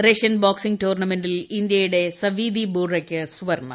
Russian boxing ടൂർണ്ണമെന്റിൽ ഇന്ത്യയുടെ സവീതി ബൂറയ്ക്ക് സ്വർണ്ണം